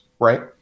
right